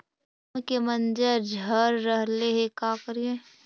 आम के मंजर झड़ रहले हे का करियै?